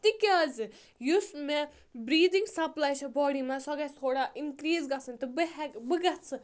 تِکیٛازِ یۄس مےٚ بریٖدھِنٛگ سَپلاے چھِ باڈی منٛز سۄ گژھہِ تھوڑا اِنکرٛیٖز گژھٕنۍ تہٕ بہٕ ہیٚکہٕ بہٕ گژھہٕ